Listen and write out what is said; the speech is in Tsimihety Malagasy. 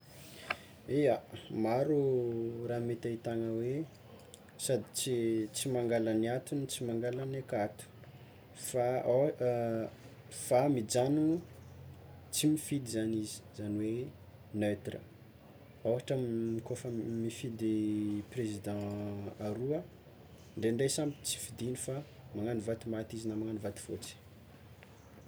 Ia, maro raha mety ahitana hoe sady tsy tsy mangala ny ato no tsy mangala ny akato fa mijanono tsy mifidy zany izy, izany hoe neutre ôhatra kôfa mifidy prezida aroa ndraindray samy tsy fidiany fa magnagno vato maty izy na magnagno vato fotsy.